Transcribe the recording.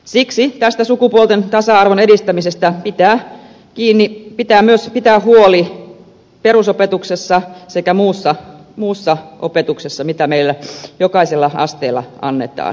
siksi tästä sukupuolten tasa arvon edistämisestä pitää myös pitää huoli perusopetuksessa sekä muussa opetuksessa mitä meillä jokaisella asteella annetaan